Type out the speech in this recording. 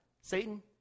Satan